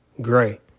gray